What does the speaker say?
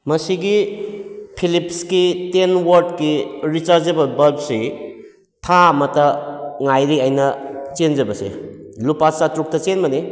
ꯃꯁꯤꯒꯤ ꯐꯤꯂꯤꯞꯁꯀꯤ ꯇꯦꯟ ꯋꯥꯔ꯭ꯗꯀꯤ ꯔꯤꯆꯥꯔꯖꯦꯕꯜ ꯕꯜꯕꯁꯤ ꯊꯥ ꯑꯃꯇ ꯉꯥꯏꯔꯤ ꯑꯩꯅ ꯆꯦꯟꯖꯕꯁꯦ ꯂꯨꯄꯥ ꯆꯥꯇꯔꯨꯛꯇ ꯆꯦꯟꯕꯅꯤ